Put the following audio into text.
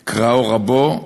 קראו: רבו,